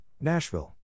Nashville